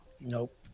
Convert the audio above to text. Nope